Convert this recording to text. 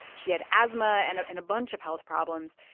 she had asthma and and a bunch of health problems.